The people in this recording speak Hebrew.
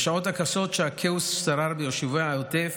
בשעות הקשות שהכאוס שרר ביישובי העוטף,